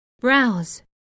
browse